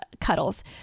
cuddles